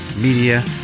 Media